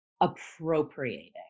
appropriating